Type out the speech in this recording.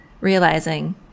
realizing